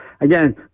again